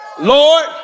Lord